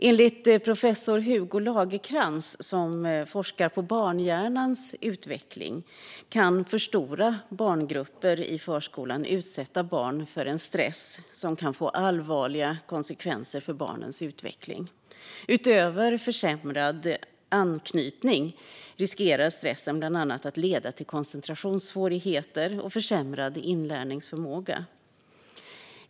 Enligt professor Hugo Lagercrantz, som forskar på barnhjärnans utveckling, kan för stora barngrupper i förskolan utsätta barn för en stress som kan få allvarliga konsekvenser för barnens utveckling. Utöver försämrad anknytning riskerar stressen bland annat att leda till koncentrationssvårigheter och försämrad inlärningsförmåga.